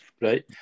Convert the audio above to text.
Right